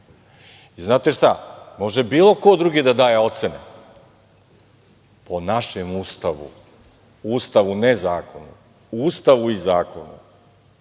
možemo. Znate šta, može bilo ko drugi da daje ocene, po našem Ustavu, Ustavu, ne zakonu, u Ustavu i zakonu